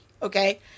Okay